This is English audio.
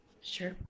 Sure